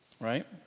right